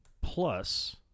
plus